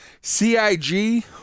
CIG